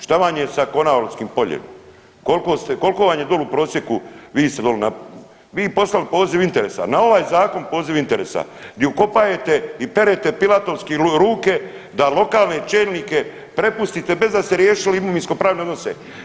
Šta vam je sa Konavoskim Poljem, kolko ste, kolko vam je doli u prosjeku, vi ste doli, vi poslali poziv interesa, na ovaj zakon poziv interesa di ukopajete i perete pilatovski ruke da lokalne čelnike prepustite bez da ste riješili imovinskopravne odnose.